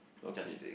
okay